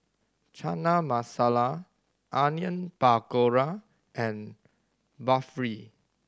Chana Masala Onion Pakora and Barfi